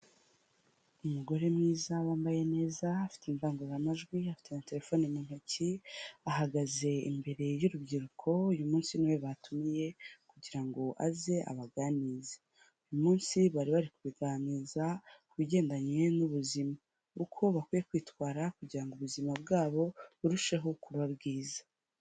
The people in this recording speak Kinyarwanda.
Umugore mwiza abambaye neza, afite invanguramajwi, afite na telefone mu ntoki, ahagaze imbere y'urubyiruko, uyu munsi ni we batumiye kugira ngo aze abaganize, uyu munsi bari bari kubaganiza ku bigendanye n'ubuzima, uko bakwiye kwitwara kugira ngo ubuzima bwabo burusheho kuba bwiza.